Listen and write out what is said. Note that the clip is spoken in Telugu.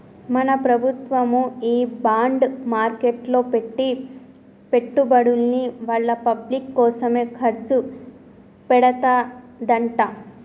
మన ప్రభుత్వము ఈ బాండ్ మార్కెట్లో పెట్టి పెట్టుబడుల్ని వాళ్ళ పబ్లిక్ కోసమే ఖర్చు పెడతదంట